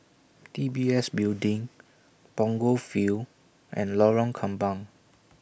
D B S Building Punggol Field and Lorong Kembang